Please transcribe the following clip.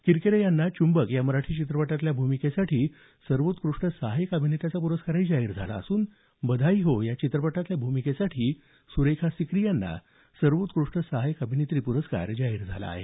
किरकिरे यांना चुंबक या मराठी चित्रपटातल्या भूमिकेसाठी सर्वोत्कृष्ट सहाय्यक अभिनेता पुरस्कारही जाहीर झाला असून बधाई हो चित्रपटातल्या भूमिकेसाठी सुरेखा सिकरी यांना सर्वोत्कृष्ट सहाय्यक अभिनेत्री पुरस्कार जाहीर झाला आहे